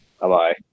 Bye-bye